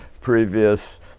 previous